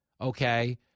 okay